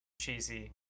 cheesy